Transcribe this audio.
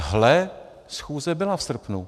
Hle, schůze byla v srpnu!